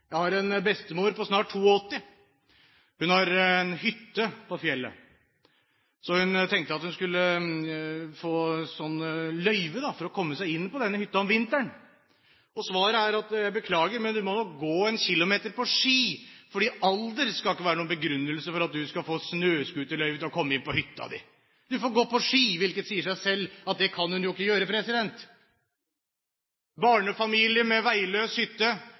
Jeg har en bestemor på snart 82 år. Hun har en hytte på fjellet, så hun tenkte at hun skulle få løyve for å komme seg inn på denne hytta om vinteren. Svaret er: Beklager, men du må nok gå 1 km på ski fordi alder skal ikke være noen begrunnelse for at du skal få snøscooterløyve for å komme inn på hytta di. Du får gå på ski, hvilket sier seg selv at det kan hun ikke gjøre. Barnefamilier, som har veiløs hytte,